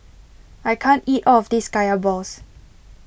I can't eat all of this Kaya Balls